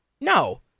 No